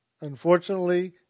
Unfortunately